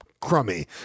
crummy